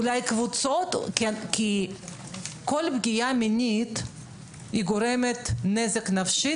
אולי קבוצות כי כל פגיעה מינית גורמת נזק נפשי